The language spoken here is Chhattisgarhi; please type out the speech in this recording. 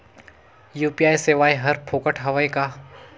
यू.पी.आई सेवाएं हर फोकट हवय का?